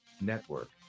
Network